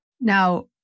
Now